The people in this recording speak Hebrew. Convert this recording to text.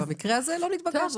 ובמקרה הזה לא נתבקשתי.